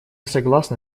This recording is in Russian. согласны